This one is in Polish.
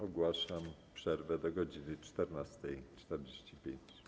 Ogłaszam przerwę do godz. 14.45.